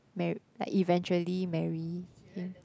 mar~ like eventually marry him